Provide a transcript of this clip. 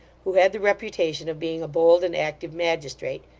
who had the reputation of being a bold and active magistrate,